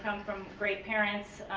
from from great parents.